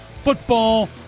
football